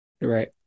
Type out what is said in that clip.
Right